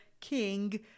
king